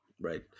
Right